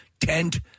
tent